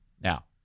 Now